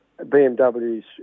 BMW's